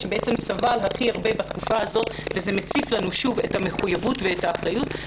שבעצם סבלו הכי הרבה בתקופה הזאת וזה מציף לנו את המחויבות ואת האחריות.